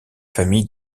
famille